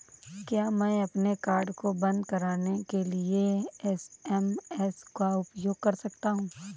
क्या मैं अपने कार्ड को बंद कराने के लिए एस.एम.एस का उपयोग कर सकता हूँ?